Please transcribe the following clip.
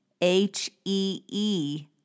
H-E-E